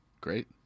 Great